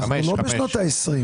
אנחנו לא בשנות ה-20.